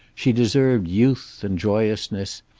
she deserved youth, and joyousness,